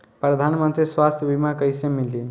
प्रधानमंत्री स्वास्थ्य बीमा कइसे मिली?